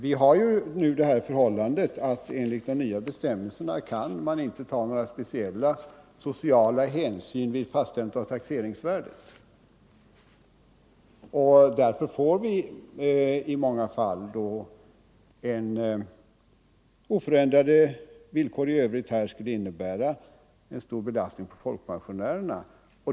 Vi har nu förhållandet att man, enligt de nya bestämmelserna, inte kan ta några speciella sociala hänsyn vid fastställandet av taxeringsvärdet. Om vi har oförändrade villkor i övrigt skulle det innebära en stor belastning på folkpensionärerna.